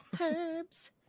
herbs